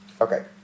Okay